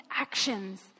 actions